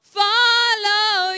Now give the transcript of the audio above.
follow